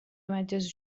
imatges